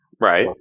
Right